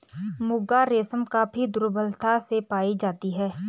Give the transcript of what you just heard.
मुगा रेशम काफी दुर्लभता से पाई जाती है